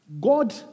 God